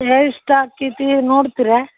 ಎಷ್ಟು ಆಕೇತಿ ನೋಡ್ತೀರಾ